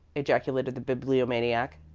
ejaculated the bibliomaniac.